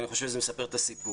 אני חושב שזה מספר את הסיפור.